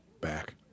back